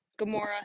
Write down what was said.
Gamora